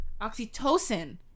Oxytocin